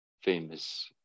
famous